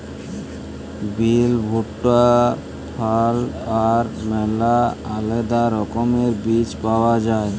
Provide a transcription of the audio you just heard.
বিল, ভুট্টা, ফারল আর ম্যালা আলেদা রকমের বীজ পাউয়া যায়